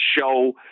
show